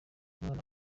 umwana